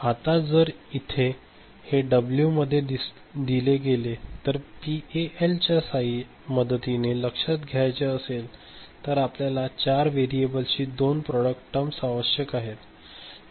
आता जर इथे जे डब्ल्यू मध्ये दिले गेले ते पीएएल च्या मदतीने लक्षात घ्यायचे असेल तर आपलाल्याला चार व्हेरिएबल्सची दोन प्रॉडक्ट टर्म आवश्यक आहेत